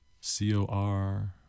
C-O-R